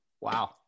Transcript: wow